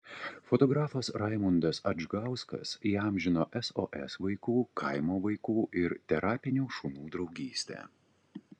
fotografas raimundas adžgauskas įamžino sos vaikų kaimo vaikų ir terapinių šunų draugystę